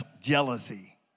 jealousy